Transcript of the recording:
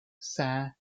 saint